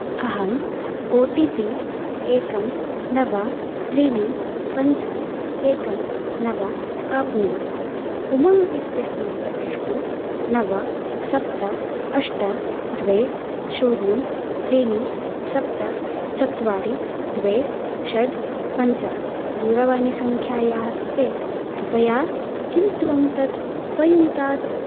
अहम् O T P एकं नव त्रीणि पञ्च एकं नव आप्नुवम् उमङ्ग् इत्यस्मिन् प्रवेष्टुं नव सप्त अष्ट द्वे शून्यं त्रीणि सप्त चत्वारि द्वे षड् पञ्च दूरवाणीसङ्ख्यायाः कृते कृपया किं त्वं तत् उपयुङ्क्तात्